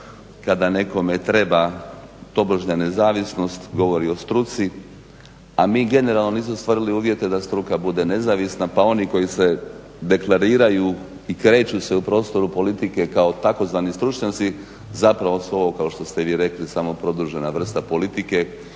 kada nekome treba tobožnja nezavisnost govori o struci, a mi generalno nismo ostvarili uvjete da struka bude nezavisna pa oni koji se deklariraju i kreću se u prostoru politike kao tzv. stručnjaci zapravo su ovo kao što ste vi rekli samo produžena vrsta politike